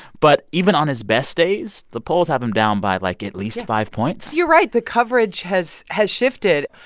but even on his best days, the polls have him down by, like, at least five points you're right. the coverage has has shifted.